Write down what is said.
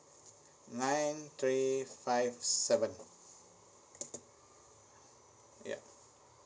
nine three five seven yup